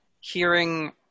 hearing